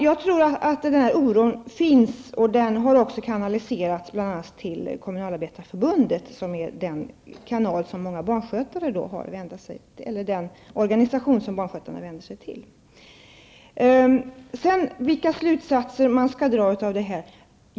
Jag tror alltså att den här oron finns, och den har också kanaliserats bl.a. till Kommunalarbetareförbundet, som är den organisation som barnskötarna vänder sig till. Så till frågan om vilka slutsatser man skall dra av detta.